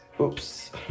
Oops